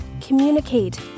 Communicate